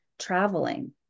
traveling